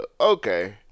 Okay